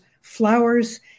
flowers